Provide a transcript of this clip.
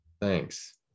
Thanks